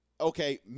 Okay